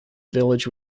village